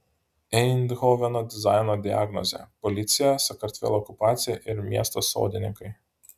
eindhoveno dizaino diagnozė policija sakartvelo okupacija ir miesto sodininkai